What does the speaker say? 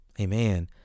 amen